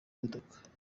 imodoka